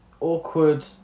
awkward